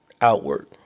outward